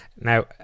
Now